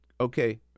Okay